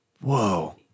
Whoa